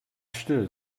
still